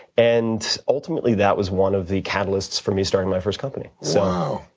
and ultimately, that was one of the catalysts for me starting my first company. so